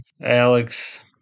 alex